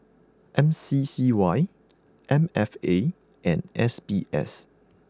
M C C Y M F A and S B S